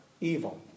evil